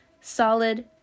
solid